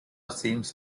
seems